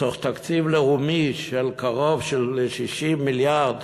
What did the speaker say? מתוך תקציב לאומי של קרוב ל-60 מיליארד